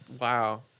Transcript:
wow